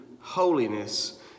holiness